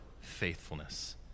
faithfulness